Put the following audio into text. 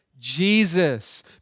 Jesus